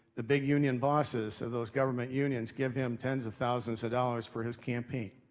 the big union bosses of those government unions give him tens of thousands of dollars for his campaign.